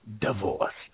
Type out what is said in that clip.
divorced